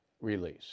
release